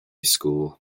school